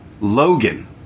Logan